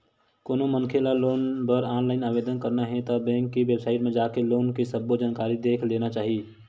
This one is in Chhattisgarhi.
कोनो मनखे ल लोन बर ऑनलाईन आवेदन करना हे ता बेंक के बेबसाइट म जाके लोन के सब्बो के जानकारी देख लेना चाही